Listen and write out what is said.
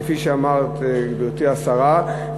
כפי שאמרה גברתי השרה,